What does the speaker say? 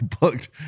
booked